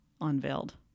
unveiled